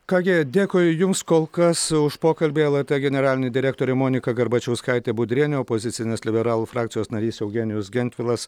ką gi dėkui jums kol kas už pokalbį lrt generalinė direktorė monika garbačiauskaitė budrienė opozicinės liberalų frakcijos narys eugenijus gentvilas